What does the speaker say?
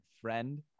friend